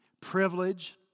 privilege